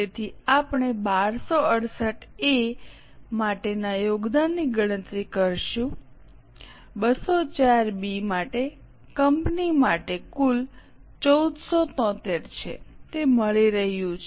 તેથી આપણે 1268 એ માટેના યોગદાનની ગણતરી કરીશું 204 બી માટે કંપની માટે કુલ 1473 છે તે મળી રહ્યું છે